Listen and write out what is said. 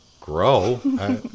grow